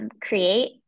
Create